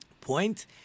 point